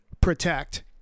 protect